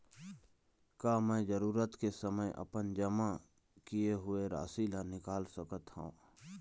का मैं जरूरत के समय अपन जमा किए हुए राशि ला निकाल सकत हव?